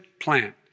plant